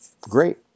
great